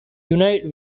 unite